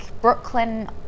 Brooklyn